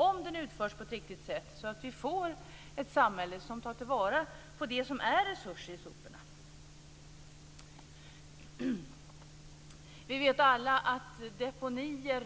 Om den utförs på ett riktigt sätt får vi ett samhälle som tar till vara på det som är resurser i soporna. Vi vet alla att deponier